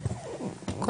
בבקשה.